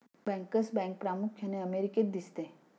bankers bank प्रामुख्याने अमेरिकेत दिसते